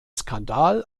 skandal